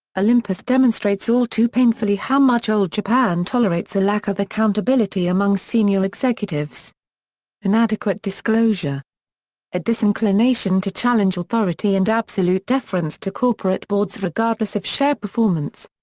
olympus demonstrates all too painfully how much old japan tolerates a lack of accountability among senior executives inadequate disclosure a disinclination to challenge authority and absolute deference to corporate boards regardless of share performance.